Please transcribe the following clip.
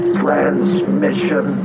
transmission